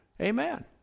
Amen